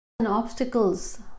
obstacles